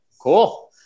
cool